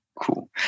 cool